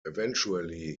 eventually